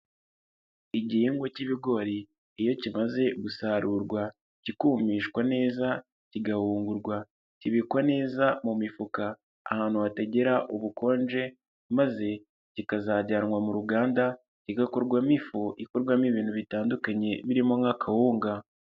Igihingwa k'ibigori iyo kimaze gusarurwa, kikumishwa neza, kigahungurwa, kibikwa neza mu mifuka ahantu hatagera ubukonje maze kikazajyanwa mu ruganda kigakorwamo ifu ikorwamo ibintu bitandukanye birimo nk'akawunga.